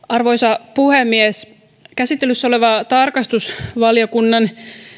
arvoisa puhemies käsittelyssä oleva tarkastusvaliokunnan